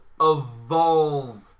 evolved